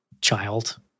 child